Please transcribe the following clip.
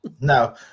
No